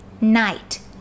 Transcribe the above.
night